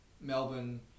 Melbourne